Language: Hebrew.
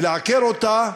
לעקר אותן,